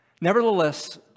Nevertheless